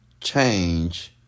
change